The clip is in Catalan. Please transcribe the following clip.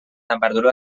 temperatura